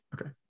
Okay